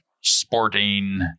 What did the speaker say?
sporting